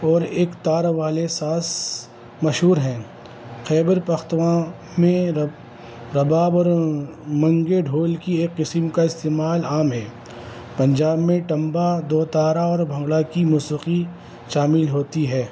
اور ایک تار والے ساز مشہور ہیں خیبر پختواں میں رب رباب اور منگے ڈھول کی ایک قسم کا استعمال عام ہے پنجاب میں ٹمبا دو تارہ اور بھنگڑا کی موسیقی شامل ہوتی ہے